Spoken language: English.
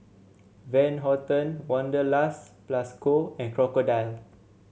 Van Houten Wanderlust Plus Co and Crocodile